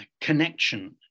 connection